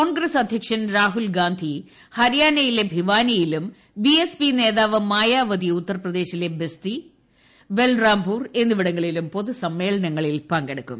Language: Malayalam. കോൺഗ്രസ് അധ്യക്ഷൻ രാഹുൽ ഗാന്ധി ഹരിയാനയിലെ ഭിവാനിയിലും ബി എസ് പി നേതാവ് മായാവതി ഉത്തർ പ്രദേശിലെ ബസ്തി ബൽറാംപൂർ എന്നിവിടങ്ങളിലും പൊതു സമ്മേളനങ്ങളിൽ പങ്കെടുക്കും